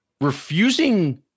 refusing